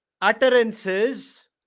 utterances